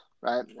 right